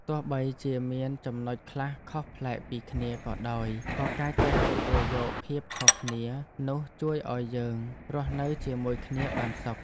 ទោះបីជាមានចំណុចខ្លះខុសប្លែកពីគ្នាក៏ដោយក៏ការចេះទទួលយកភាពខុសគ្នានោះជួយឱ្យយើងរស់នៅជាមួយគ្នាបានសុខ។